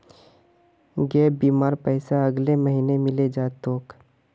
gap बीमार पैसा अगले महीने मिले जा तोक